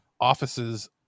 offices